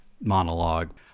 monologue